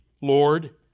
Lord